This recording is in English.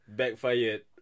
backfired